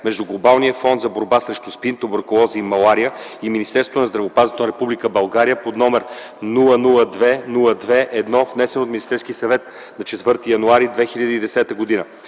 между Глобалния фонд за борба срещу СПИН, туберкулоза и малария и Министерството на здравеопазването на Република България, внесен от Министерския съвет на 4 януари 2010 г.